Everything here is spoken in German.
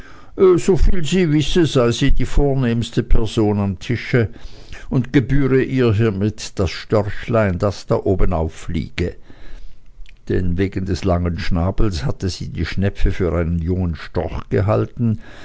soviel sie wisse sei sie die vornehmste person am tische und gebühre ihr hiemit das störchlein das da obenauf liege denn wegen des langen schnabels habe sie die schnepfe für einen jungen storch gehalten